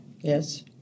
Yes